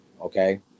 Okay